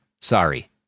Sorry